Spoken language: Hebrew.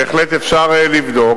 בהחלט אפשר לבדוק,